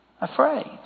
afraid